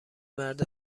مرد